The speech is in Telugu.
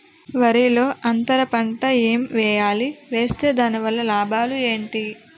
వరిలో అంతర పంట ఎం వేయాలి? వేస్తే దాని వల్ల లాభాలు ఏంటి?